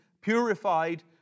purified